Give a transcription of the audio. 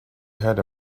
heard